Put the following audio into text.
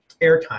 airtime